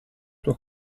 tua